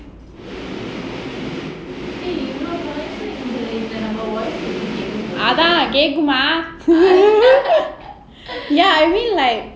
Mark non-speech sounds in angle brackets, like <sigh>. நம்ம:namma voice எங்க கேட்க போகுது:enga ketka poguthu <laughs> ya I mean like